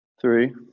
Three